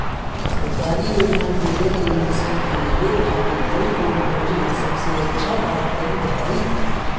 सरकारी योजना के जरिए मशीन खरीदे खातिर कौन योजना सबसे अच्छा बा तनि बताई?